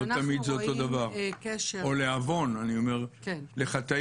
לא תמיד זה אותו דבר, או לעוון, לחטאים.